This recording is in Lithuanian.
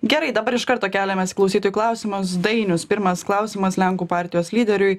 gerai dabar iš karto keliamės įklausytojų klausimus dainius pirmas klausimas lenkų partijos lyderiui